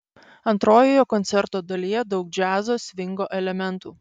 antrojoje koncerto dalyje daug džiazo svingo elementų